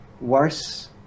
worse